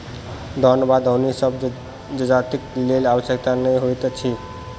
दौन वा दौनी सभ जजातिक लेल आवश्यक नै होइत अछि